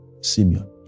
Simeon